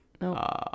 No